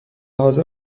حاضر